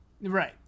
Right